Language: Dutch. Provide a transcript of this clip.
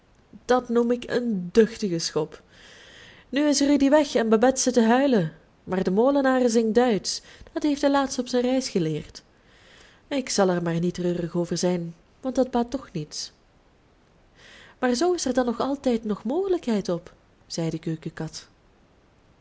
dat noem ik een duchtigen schop nu is rudy weg en babette zit te huilen maar de molenaar zingt duitsch dat heeft hij laatst op zijn reis geleerd ik zal er maar niet treurig over zijn want dat baat toch niets maar zoo is er dan toch altijd nog mogelijkheid op zei de